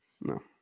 No